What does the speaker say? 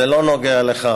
זה לא נוגע לך,